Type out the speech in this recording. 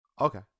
Okay